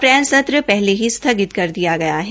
अप्रैल सत्र पहले ही स्थगित कर दिया गया है